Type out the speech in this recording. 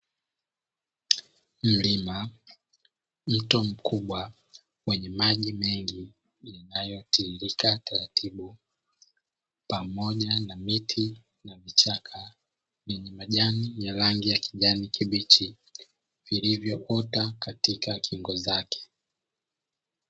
Mlima, mto mkubwa wenye maji mengi yanayotiririka taratibu pamoja na miti na vichaka vyenye majani ya rangi ya kijani kibichi, vilivyoota katika kingo zake.